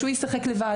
נשחק לבד,